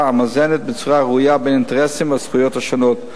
המאזנת בצורה ראויה בין האינטרסים והזכויות השונות.